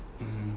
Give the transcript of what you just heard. mm